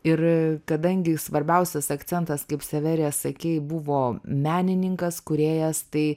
ir kadangi svarbiausias akcentas kaip severija sakei buvo menininkas kūrėjas tai